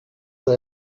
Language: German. der